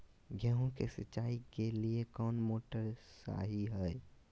गेंहू के सिंचाई के लिए कौन मोटर शाही हाय?